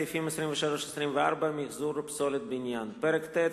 סעיפים 23 24 (מיחזור פסולת בניין); פרק ט',